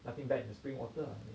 nothing bad in the spring water lah